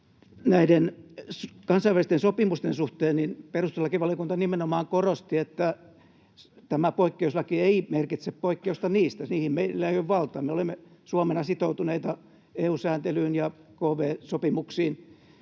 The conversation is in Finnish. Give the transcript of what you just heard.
Näiden kansainvälisten sopimusten suhteen perustuslakivaliokunta nimenomaan korosti, että tämä poikkeuslaki ei merkitse poikkeusta niistä. Niihin meillä ei ole valtaa, me olemme Suomena sitoutuneita EU-sääntelyyn ja kv-sopimuksiin,